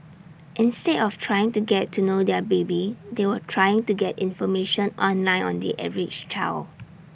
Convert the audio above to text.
instead of trying to get to know their baby they were trying to get information online on the average child